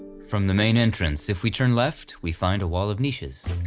from the main entrance if we turn left we find a wall of niches.